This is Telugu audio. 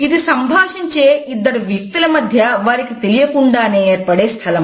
ఇది సంభాషించే ఇద్దరు వ్యక్తుల మధ్య వారికి తెలియకుండానే ఏర్పడు స్థలం